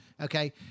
okay